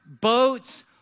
boats